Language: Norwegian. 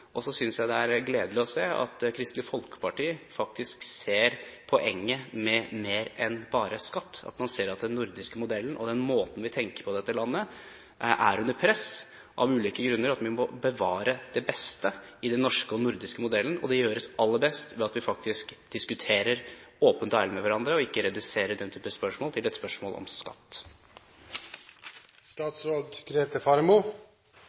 Så synes jeg det er gledelig å se at Kristelig Folkeparti faktisk ser poenget med mer enn bare skatt, at man ser at den nordiske modellen og den måten vi tenker på i dette landet, er under press av ulike grunner. Vi må bevare det beste i den norske og nordiske modellen, og det gjøres aller best ved at vi faktisk diskuterer åpent og ærlig med hverandre og ikke reduserer den type spørsmål til et spørsmål om